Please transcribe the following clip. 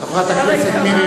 חברת הכנסת מירי